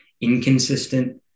inconsistent